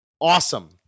awesome